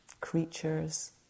creatures